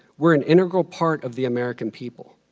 we're an integral part of the american people.